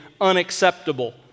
unacceptable